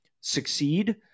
succeed